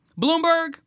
Bloomberg